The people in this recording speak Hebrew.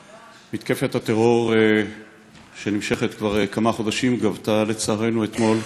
מתקפת הטרור שנמשכת כבר כמה חודשים גבתה אתמול,